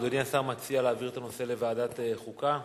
אדוני השר מציע להעביר את הנושא לוועדת חוקה,